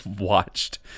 watched